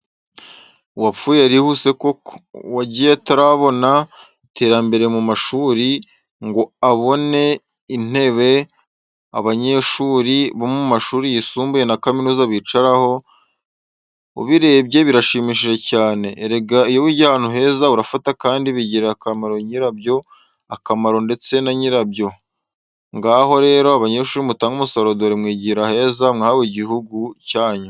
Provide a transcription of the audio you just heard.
Uwapfuye yarihuse koko! Wagiye atarabona iterambere mu mashuri ngo abone intebe abanyeshuri bo mu mashuri yisumboye na kaminuza bicaraho, ubirebye birashimishije cyane. Erega iyo wigiye ahantu heza urafata kandi bigirira nyirabyo akamaro ndetse na nyirabyo. Ngaho rero banyeshuri mutange umusaruro dore mwigira heza mwahawe n'igihugu cyanyu.